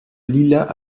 lilas